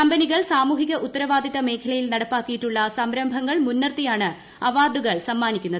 കമ്പനികൾ സാമൂഹിക ഉത്തരവാദിത്ത മേഖലയിൽ നടപ്പാക്കിയിട്ടുള്ള സംരംഭങ്ങൾ മുൻനിർത്തിയാണ് അവാർഡുകൾ സമ്മാനിക്കുന്നത്